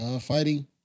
fighting